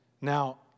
Now